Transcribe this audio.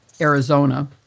Arizona